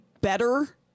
better